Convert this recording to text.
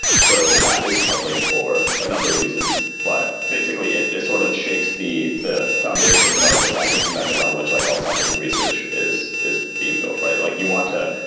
so that is troubling for a number of reasons, but basically it sort of shakes the the foundation of the scientific method on which like all scientific research is is being built, right? like you want to,